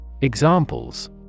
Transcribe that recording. Examples